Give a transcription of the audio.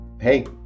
hey